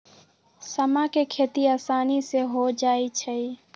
समा के खेती असानी से हो जाइ छइ